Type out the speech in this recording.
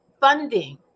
funding